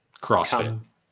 CrossFit